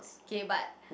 okay but